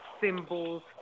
symbols